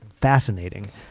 fascinating